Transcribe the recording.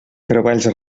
treballs